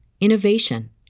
innovation